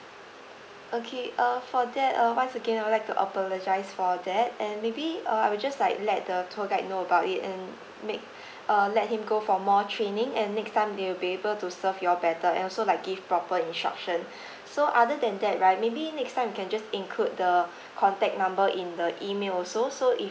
okay uh for that uh once again I would like to apologise for that and maybe uh I will just like let the tour guide know about it and make uh let him go for more training and next time they'll be able to serve y'all better and also like give proper instruction so other than that right maybe next time you can just include the contact number in the email also so if